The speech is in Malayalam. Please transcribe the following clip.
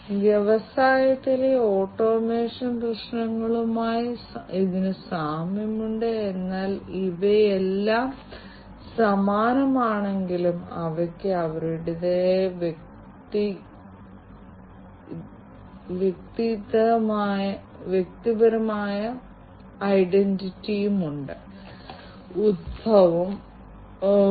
ഈ വ്യത്യസ്ത വ്യവസായങ്ങൾ അഭിസംബോധന ചെയ്യുന്ന വിവിധ വശങ്ങളെക്കുറിച്ചുള്ള ധാരാളം ഉൾക്കാഴ്ചകൾ ലഭിക്കുന്നതിന് ധാരാളം ഡാറ്റയിൽ മനസ്സിൽ ഇടംപിടിക്കാൻ വിപുലമായ അനലിറ്റിക്സ് ബന്ധപ്പെട്ടിരിക്കുന്നു